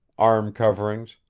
arm-coverings,